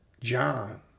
John